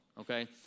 okay